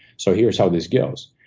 so here's how this goes.